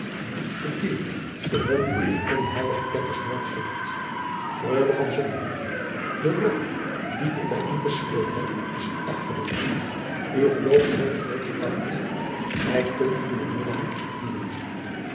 te tiel de hulp van onheilige ketters noodig heeft freule van sonheuvel de rol die ik bij u gespeeld heb is afgeloopen uw verloofde wordt ter dood gebracht gij kunt uwen minnaar huwen